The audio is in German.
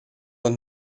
doch